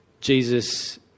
Jesus